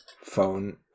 phone